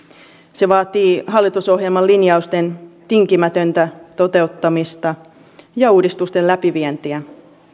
se vaatii hallitusohjelman linjausten tinkimätöntä toteuttamista ja uudistusten läpivientiä